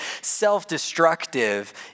self-destructive